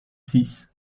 six